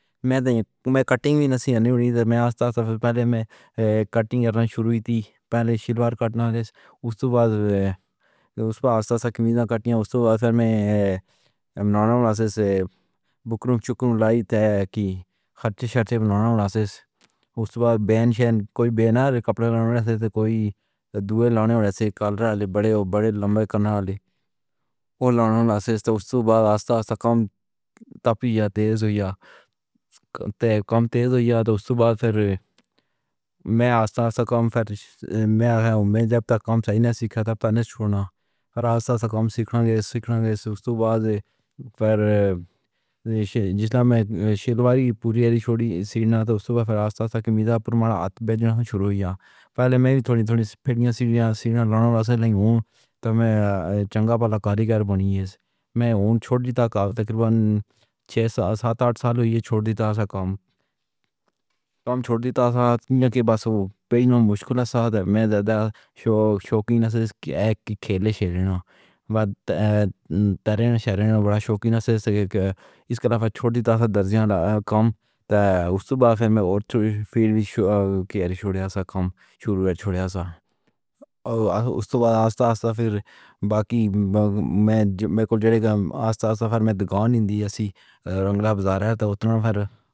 میں کٹنگ وی نئیں کیتی سی، سو آہستہ آہستہ پہلے کٹنگ شروع کیتی۔ پہلے شلوار کٹنی ہوندی سی، فیر آہستہ آہستہ کپڑے کٹے، اونہی توں میں بنݨا چاہندا ہاں۔ بکرا چکرا لیائی سی کہ کھٹے شٹے بݨݨے ہون گے۔ فیر بن شین کوئی بݨا رہیا ہا، کپڑے لیندا پیا ہا، تاں جو دودھ لیاوݨ والے کلر آلی وڈے تے لمے کنارے والے لیاوے۔ لار توں فیر آہستہ آہستہ کم تھلّا ہویا یا تیز ہویا، فیر میں آہستہ آہستہ کم وچ آندا گیا۔ جب تک کم چنگے طرح نئیں سکھدا، میں راہ توں ہٹݨا نئیں۔ سکھدا رہساں، سکھ کے ہی چھوڑساں۔ جیہڑے میری شلوار پوری چھوڑی سی، اوہ آہستہ آہستہ میرا پرماڈا بݨݨ لگ گیا۔ پہلے میں وی تھوڑی تھوڑی پھریا کردا سی، سیرین سیرین لڑا لیندا سی، تاں میں چنگا پالہ کارگر بݨ سگدا ہاں۔ میں چھوڑ دتا سی، تقریباً چھ ست اٹھ سال ایہہ کم چھوڑیا ہویا سی، کیوں جو اوہ پیشہ مشکل سی۔ دل وچ شوق تاں سی، پر شہراں نے بڑا شوق نئیں کیتا، ایویں چھوڑ دتا سی۔ درجن کم ہو گئے سن، فیر وی کھیݙ چھوڑی سی، کم دی شروعات چھوڑ دتی سی۔ فیر آہستہ آہستہ باقی وچ میگا، آہستہ آہستہ دکان دی۔ رنگلا بازار اے، سو ایں طرح